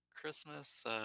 christmas